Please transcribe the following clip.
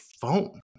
phone